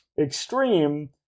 extreme